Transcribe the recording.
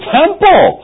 temple